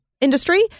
industry